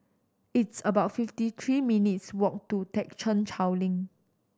it's about fifty three minutes' walk to Thekchen Choling